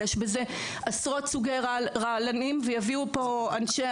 ויש בזה עשרות סוגי רעלנים ויביאו פה אנשי